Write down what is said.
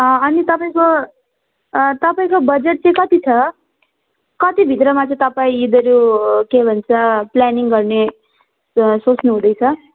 अनि तपाईँको तपाईँको बजेट चाहिँ कति छ कतिभित्रमा चाहिँ तपाईँ यिनीहरू के भन्छ प्लानिङ गर्ने सोच्नु हुँदैछ